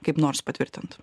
kaip nors patvirtint